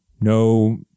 No